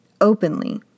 openly